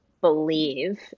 believe